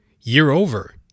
year-over